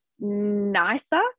nicer